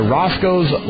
Roscoe's